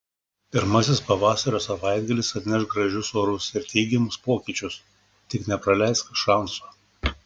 pirmasis pavasario savaitgalis atneš gražius orus ir teigiamus pokyčius tik nepraleisk šanso